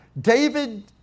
David